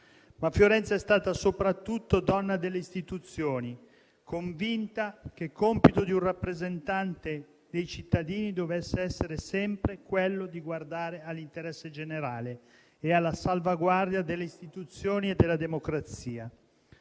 Ma Fiorenza è stata soprattutto donna delle istituzioni, convinta che compito di un rappresentante dei cittadini dovesse essere sempre quello di guardare all'interesse generale e alla salvaguardia delle istituzioni e della democrazia.